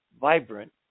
vibrant